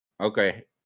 Okay